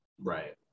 Right